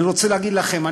אני רוצה להגיד לכם,